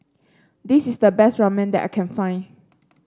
this is the best Ramen that I can find